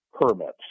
permits